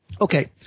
Okay